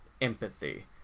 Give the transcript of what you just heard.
empathy